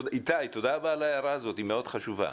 איתי תודה רבה על ההערה הזאת, היא מאוד חשובה.